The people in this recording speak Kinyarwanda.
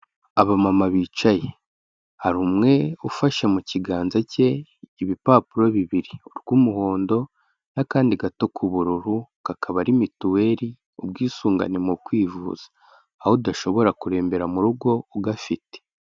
Abamama bicaye, hari umwe ufashe mu kiganza cye ibipapuro bibiri , urw'umuhondo n'akandi gato k'ubururu, kakaba ari mituweri, ubwisungane mu kwivuza, aho udashobora kurembera mu rugo ugafite.